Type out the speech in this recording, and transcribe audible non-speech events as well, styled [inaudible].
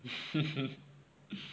[laughs]